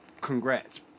congrats